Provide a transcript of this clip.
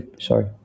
Sorry